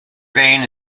vein